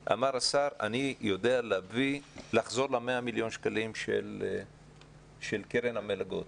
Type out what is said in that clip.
הבוקר אמר השר: אני יודע לחזור ל-100 מיליון שקלים של קרן המלגות.